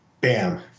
Bam